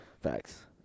Facts